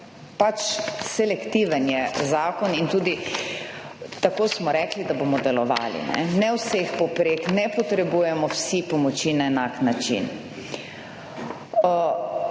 ampak selektiven je zakon in tudi tako smo rekli, da bomo delovali, ne vseh povprek, ne potrebujemo vsi pomoči na enak način.